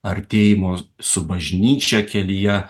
artėjimo su bažnyčia kelyje